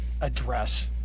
address